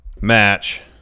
match